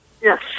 Yes